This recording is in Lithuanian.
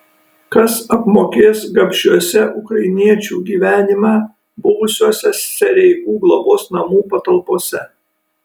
kas apmokės gabšiuose ukrainiečių gyvenimą buvusiuose sereikų globos namų patalpose